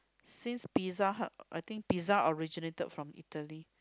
since Pizza Hut I think pizza originated from Italy